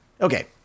Okay